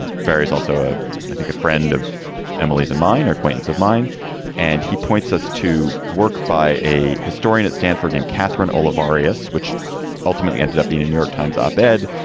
and barry is also a i think, a friend of emily's and mine. ah, acquaintance of mine and he points us to work by a historian at stanford named catherine olavarria, which ultimately ended up being a new york times op ed.